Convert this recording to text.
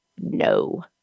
No